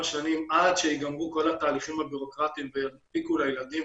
שנים עד שייגמרו כל התהליכים הבירוקרטיים וינפיקו לילדים,